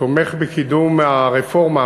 תומך בקידום הרפורמה,